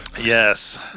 Yes